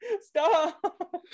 stop